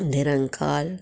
निरंकाल